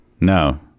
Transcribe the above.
No